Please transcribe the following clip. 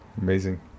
Amazing